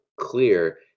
clear